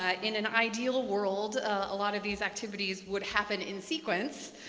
ah in an ideal world, a lot of these activities would happen in sequence.